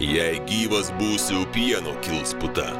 jei gyvas būsiu pieno kils puta